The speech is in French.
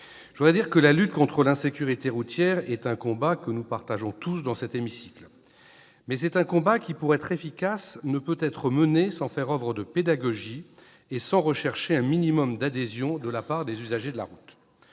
de son propos. La lutte contre l'insécurité routière est un combat que nous partageons tous dans cet hémicycle, mais c'est un combat qui, pour être efficace, ne peut être mené sans faire oeuvre de pédagogie et sans rechercher un minimum d'adhésion de la part des usagers de la route.